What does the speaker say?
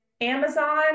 Amazon